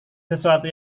sesuatu